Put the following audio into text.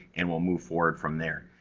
and we'll move forward from there.